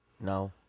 No